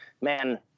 Man